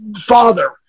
father